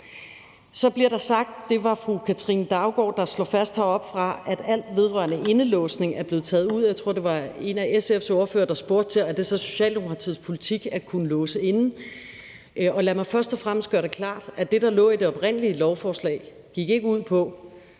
fast heroppefra – at alt vedrørende indelåsning er blevet taget ud. Jeg tror, det var en af SF's ordførere, der spurgte til, om det så er Socialdemokratiets politik at kunne låse folk inde. Lad mig først og fremmest gøre det klart, at det, der lå i det oprindelige lovforslag, ikke gik ud på,